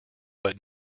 but